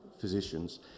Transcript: physicians